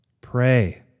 Pray